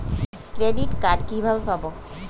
Credit card কিভাবে পাব?